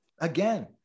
Again